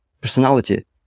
personality